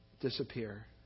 disappear